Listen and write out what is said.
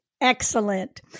Excellent